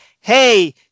hey